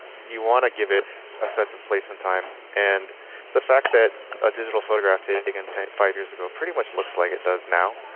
you want to give it a sense of place and time. and the fact that a digital photograph taken ten, five years ago pretty much looks like it does now,